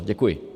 Děkuji.